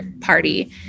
party